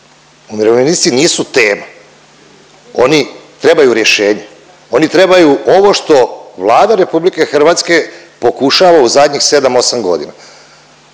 Umirovljenici nisu tema, oni trebaju rješenje, oni trebaju ovo što Vlada RH pokušava u zadnjih 7-8.g.